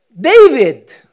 David